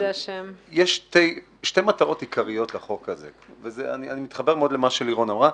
לחוק יש שתי מטרות עיקריות ואני מתחבר מאוד למה שלירון אמרה.